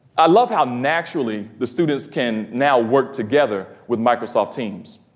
i love how naturally the students can now work together with microsoft teams.